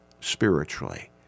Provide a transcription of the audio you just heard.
spiritually